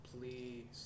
Please